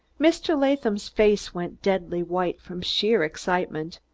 mr. latham's face went deathly white from sheer excitement,